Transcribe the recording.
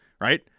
right